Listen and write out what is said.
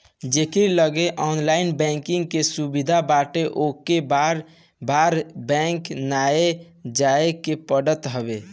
जेकरी लगे online banking के सुविधा बाटे ओके बार बार बैंक नाइ जाए के पड़त हवे